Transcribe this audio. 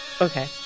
Okay